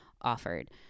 offered